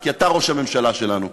כי אתה ראש הממשלה שלנו.